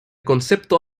concepto